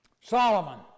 Solomon